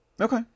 Okay